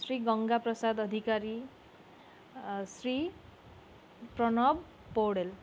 Shri Ganga Prasad Adhikari Shri Pranab Paudel